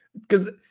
because-